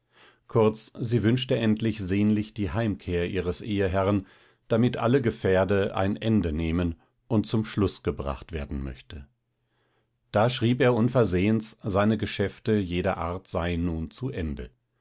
kurz sie wünschte endlich sehnlich die heimkehr ihres eheherren damit alle gefährde ein ende nehmen und zum schluß gebracht werden möchte da schrieb er unversehens seine geschäfte jeder art seien nun zu ende